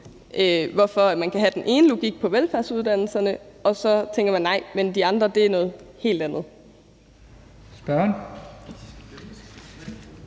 hvorfor man kan have den ene logik på velfærdsuddannelserne, mens logikken på de andre uddannelser er noget helt andet.